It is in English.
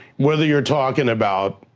whether you're talking about,